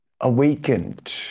awakened